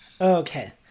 Okay